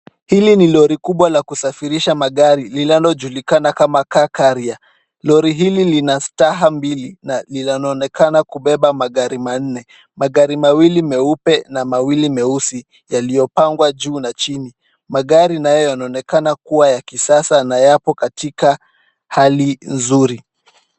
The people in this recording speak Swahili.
Hili ni Lori kubwa la kusafirisha magari linalojulikana kama Car Carrier . Lori hili lina staha mbili na linaonekana kubeba magari manne, magari mawili meupe na mawili meusi, yaliyopangwa juu na chini. Magari nayo yanaonekana kuwa ya kisasa na yapo katika hali nzuri.